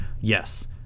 Yes